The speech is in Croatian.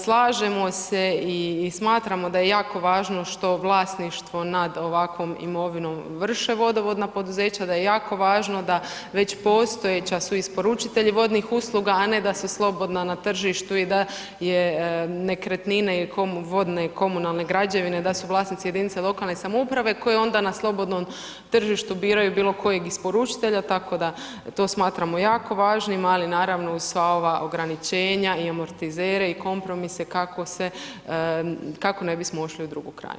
Slažemo se i smatramo da je jako važno što vlasništvo nad ovakvom imovinom vrše vodovodna poduzeća, da je jako važno da već postojeća su isporučitelji vodnih usluga, a ne da su slobodna na tržištu i da je nekretnine ili vodne komunalne građevine da su vlasnici jedinica lokalnih samouprave koje onda na slobodnom tržištu biraju bilo kojeg isporučitelja, tako da to smatramo jako važnim, ali naravno uz sva ova ograničenja i amortizere i kompromise kako ne bismo ušli u drugu krajnost.